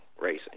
racing